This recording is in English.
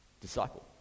disciple